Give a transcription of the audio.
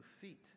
feet